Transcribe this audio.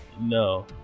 No